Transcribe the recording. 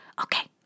Okay